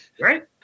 right